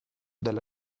della